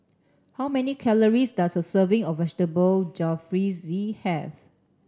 how many calories does a serving of Vegetable Jalfrezi have